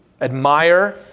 admire